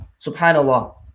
Subhanallah